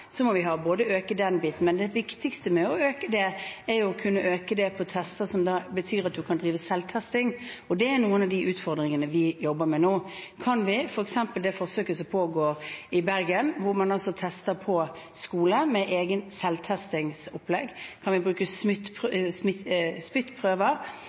øke den biten. Men det viktigste er jo å kunne øke selvtestingen, og det er en av de utfordringene vi jobber med nå, f.eks. det forsøket som pågår i Bergen, hvor man tester på skoler med et eget selvtestingsopplegg. Kan vi bruke